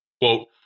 Quote